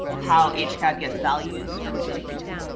how each cat gets values or would you like me to?